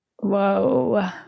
Whoa